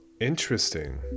interesting